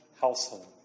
household